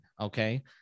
Okay